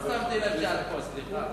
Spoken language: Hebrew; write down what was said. לא שמתי לב שאת פה, סליחה.